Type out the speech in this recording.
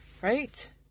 Right